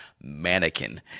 Mannequin